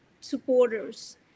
supporters